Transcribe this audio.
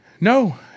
No